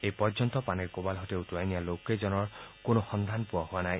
এই পৰ্যন্ত পানীৰ কোবাল সোঁতে উটূৱাই নিয়া লোককেইজনৰ কোনো সন্ধান পোৱা হোৱা নাই